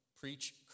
preach